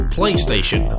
PlayStation